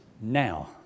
now